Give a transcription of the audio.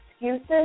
excuses